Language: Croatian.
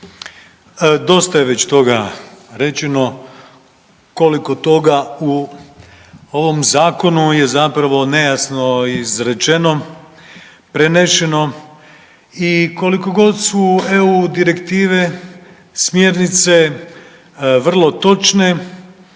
dosta je već toga rečeno koliko toga u ovom zakonu je zapravo nejasno izrečeno, prenešeno i koliko god su EU direktive smjernice vrlo točne